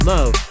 Love